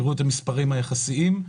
ותראו את המספרי היחסיים.